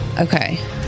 okay